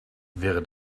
wäre